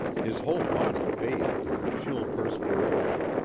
his whole body bathed in a chill perspiration.